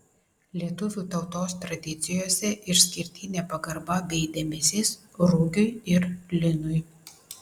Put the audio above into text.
lietuvių tautos tradicijose išskirtinė pagarba bei dėmesys rugiui ir linui